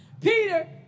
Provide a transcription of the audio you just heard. Peter